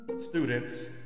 students